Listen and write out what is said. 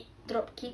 drop kick